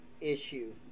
issue